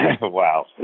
Wow